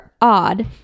odd